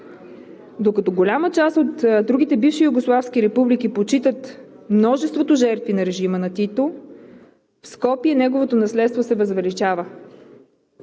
Докато голяма част от другите бивши югославски републики почитат множеството жертви на режима на Тито, в Скопие неговото наследство се възвеличава.